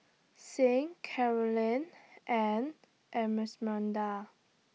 Sing Carolyne and Esmeralda